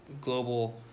global